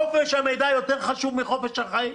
חופש המידע יותר חשוב מחופש החיים?